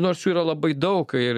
nors jų yra labai daug ir